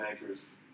acres